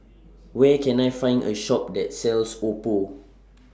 Where Can I Find A Shop that sells Oppo